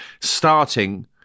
starting